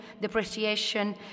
depreciation